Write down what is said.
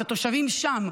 את התושבים שם,